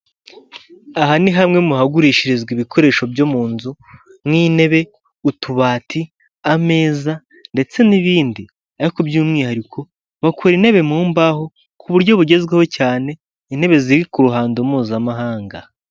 Aha ni hamwe mu hagurishirizwa ibikoresho byo mu nzu nk'intebe, utubati, ameza ndetse n'ibindi, ariko by'umwihariko bakora intebe mu mbaho ku buryo bugezweho cyane, intebe ziri ku ruhando mpuzamahanga.